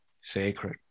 Sacred